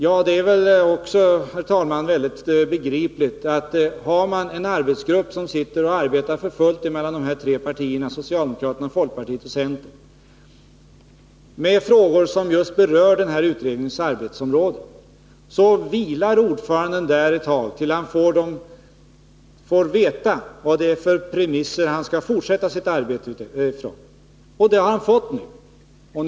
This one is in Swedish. Ja, det är väl också, herr talman, högst begripligt att har man en arbetsgrupp som sitter och arbetar för fullt Nr 39 mellan de här tre partierna, socialdemokraterna, folkpartiet och centern, med frågor som just berör utredningens arbetsområde, så vilar ordföranden ett tag tills han får veta under vilka premisser han skall fortsätta sitt arbete. Det har han nu fått veta.